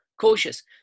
cautious